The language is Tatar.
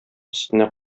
өстенә